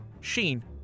Sheen